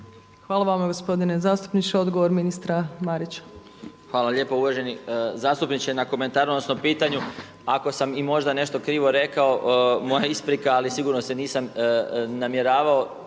Hvala vama gospodine zastupniče. Odgovor ministra Marića. **Marić, Zdravko** Hvala lijepo uvaženi zastupniče na komentaru, odnosno pitanju ako sam i možda nešto krivo rekao, moja isprika ali sigurno se nisam namjeravao